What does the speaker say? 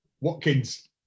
Watkins